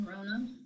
corona